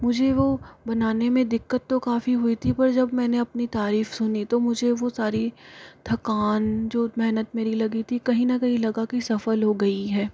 मुझे वह बनाने में दिक्कत तो काफी हुई थी पर जब मैंने अपनी तारीफ सुनी तो मुझे वह सारी थकान जो मेहनत मेरी लगी थी कहीं न कहीं लगा की सफल हो गयी है